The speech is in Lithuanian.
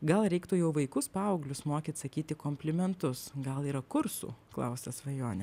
gal reiktų jau vaikus paauglius mokyt sakyti komplimentus gal yra kursų klausia svajonė